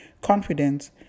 confidence